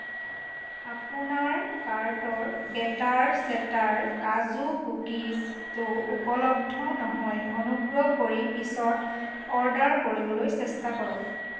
আপোনাৰ কাৰ্টৰ বেটাৰ চেটাৰ কাজু কুকিজটো উপলব্ধ নহয় অনুগ্ৰহ কৰি পিছত অৰ্ডাৰ কৰিবলৈ চেষ্টা কৰক